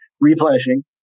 replenishing